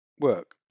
work